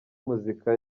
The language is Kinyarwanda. muzika